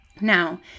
Now